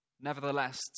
Nevertheless